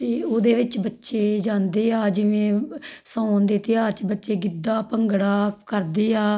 ਅਤੇ ਉਹਦੇ ਵਿੱਚ ਬੱਚੇ ਜਾਂਦੇ ਆ ਜਿਵੇਂ ਸਾਉਣ ਦੇ ਤਿਉਹਾਰ 'ਚ ਬੱਚੇ ਗਿੱਧਾ ਭੰਗੜਾ ਕਰਦੇ ਆ